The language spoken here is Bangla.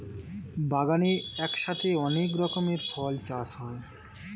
বাগানে একসাথে অনেক রকমের ফল চাষ হয়